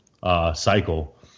Cycle